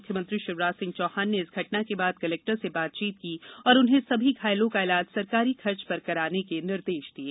मुख्यमंत्री शिवराज सिंह चौहान ने इस घटना के बाद कलेक्टर से बातचीत की और उन्हें सभी घायलों का इलाज सरकारी खर्च पर कराने के निर्देश दिये